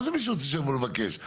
מה מבוקש.